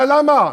אתה יודע למה?